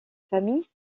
familles